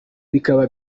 bikaba